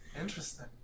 Interesting